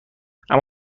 اما